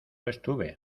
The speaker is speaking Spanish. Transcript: estuve